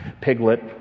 Piglet